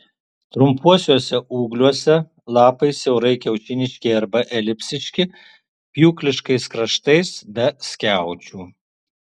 trumpuosiuose ūgliuose lapai siaurai kiaušiniški arba elipsiški pjūkliškais kraštais be skiaučių